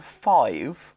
five